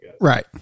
Right